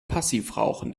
passivrauchen